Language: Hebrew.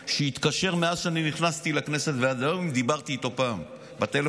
שיתקשר אם מאז שאני נכנסתי לכנסת ועד היום דיברתי איתו פעם בטלפון,